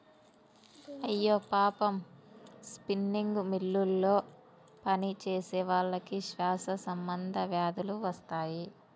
అయ్యో పాపం స్పిన్నింగ్ మిల్లులో పనిచేసేవాళ్ళకి శ్వాస సంబంధ వ్యాధులు వస్తాయి